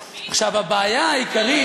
תמיד, עכשיו, הבעיה העיקרית,